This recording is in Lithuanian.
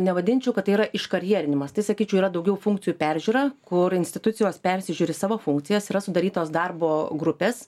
nevadinčiau kad tai yra iškarjerinimas tai sakyčiau yra daugiau funkcijų peržiūra kur institucijos persižiūri savo funkcijas yra sudarytos darbo grupės